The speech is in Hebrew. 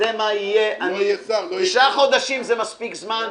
זה מספיק זמן.